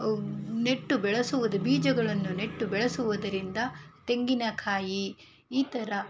ನೆಟ್ಟು ಬೆಳೆಸುವುದು ಬೀಜಗಳನ್ನು ನೆಟ್ಟು ಬೆಳೆಸುವುದರಿಂದ ತೆಂಗಿನಕಾಯಿ ಈ ಥರ